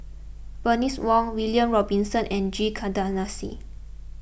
Bernice Wong William Robinson and G Kandasamy